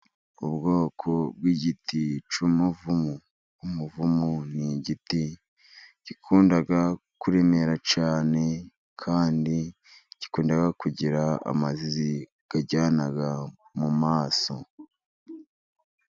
Ubwoko bw'igiti cy'umuvumu, umuvumu ni igiti gikunda kuremera cyane kandi gikunda kugira amazizi aryana mu maso.